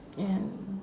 and